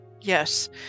Yes